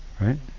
Right